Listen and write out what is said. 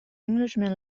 englishman